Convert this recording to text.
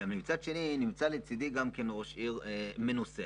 מצד שני, נמצא לצדי ראש עיר מנוסה